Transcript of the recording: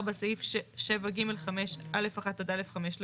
4. סעיף 7 (ג') 5, א' (1) עד א' (5)